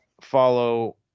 follow